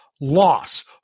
loss